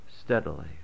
steadily